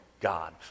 God